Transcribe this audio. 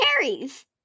carries